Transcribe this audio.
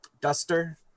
Duster